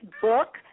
book